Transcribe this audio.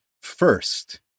first